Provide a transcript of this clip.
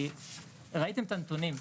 כי ראיתם את הנתונים.